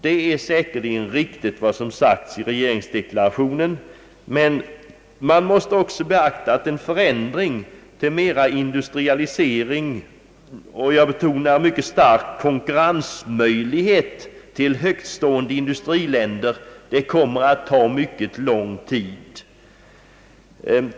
Det är säkerligen riktigt, vad som sagts i regeringsdeklarationen, men man måste också beakta att en förändring till högre grad av industrialisering och — jag betonar det mycket starkt — möjlighet att konkurrera med industriellt högtstående länder kommer att ta mycket lång tid.